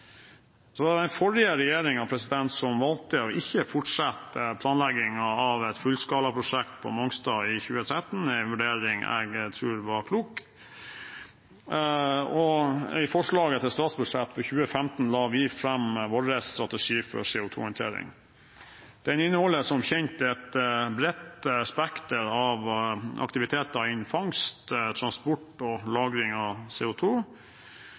Det var den forrige regjeringen som valgte ikke å fortsette planleggingen av et fullskalaprosjekt på Mongstad i 2013, en vurdering jeg tror var klok. I forslaget til statsbudsjett for 2015 la vi fram vår strategi for CO2-håndtering. Den inneholder som kjent et bredt spekter av aktiviteter innen fangst, transport og lagring av